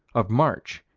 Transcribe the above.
of march,